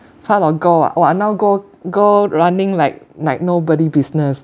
pot of gold ah oh uh now gold gold running like like nobody business